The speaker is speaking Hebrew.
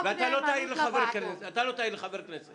היא נוגעת לשאלות היסודיות ביותר שמעוררות מחלוקת בחברה הישראלית